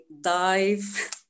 dive